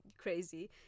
crazy